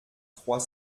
trois